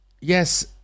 yes